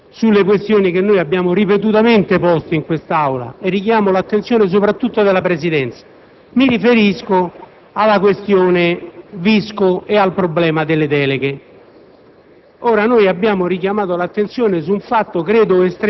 Vorrei ritornare un momento sulle questioni che abbiamo ripetutamente posto in quest'Aula e richiamo l'attenzione soprattutto della Presidenza. Mi riferisco alla questione Visco e al problema delle deleghe.